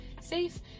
safe